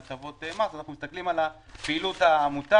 הטבות מס אנחנו מסתכלים על פעילות העמותה